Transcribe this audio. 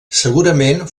segurament